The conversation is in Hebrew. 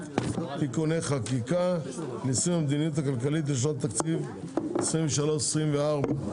(תיקוני חקיקה ליישום המדיניות הכלכלית לשנות התקציב 2023 ו-2024),